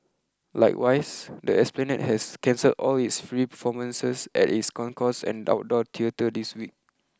likewise the Esplanade has cancelled all its free performances at its concourse and outdoor theatre this week